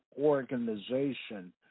organization